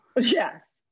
Yes